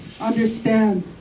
understand